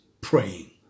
praying